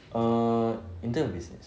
in terms of business